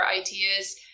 ideas